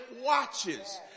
watches